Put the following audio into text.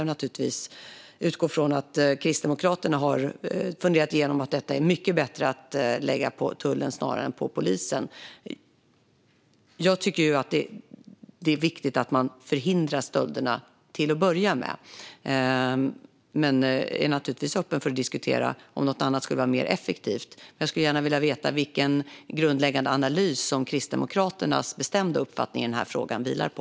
Jag utgår från att Kristdemokraterna har gjort det och kommit fram till att det är mycket bättre att lägga resurserna på tullen än på polisen. Jag tycker att det är viktigt att förhindra stölderna till att börja med. Men jag är naturligtvis öppen för att diskutera om något annat skulle vara mer effektivt. Jag skulle gärna vilja veta vilken grundläggande analys som Kristdemokraternas bestämda uppfattning i den här frågan vilar på.